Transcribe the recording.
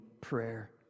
prayer